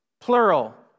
plural